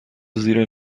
زیر